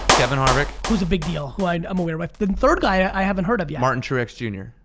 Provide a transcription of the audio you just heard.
kevin harvick. whose a big deal, who i'm um aware of. the third guy i haven't heard of yet. martin truex jr.